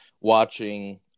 watching